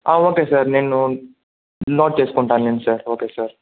okay sir నేను note చేస్కుంటానులెండి sir okay sir